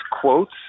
quotes